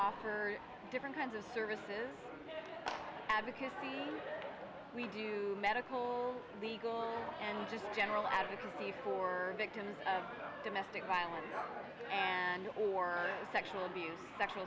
offer different kinds of services advocacy we do medical legal and just general advocacy for victims of domestic violence and or sexual abuse sexual